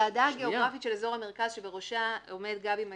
הוועדה הגיאוגרפית של אזור המרכז שבראשה עומד גבי מימון,